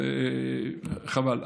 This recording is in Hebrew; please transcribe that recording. חבל.